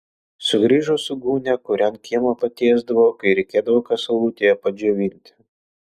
sugrįžo su gūnia kurią ant kiemo patiesdavo kai reikėdavo ką saulutėje padžiovinti